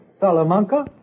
Salamanca